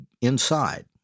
inside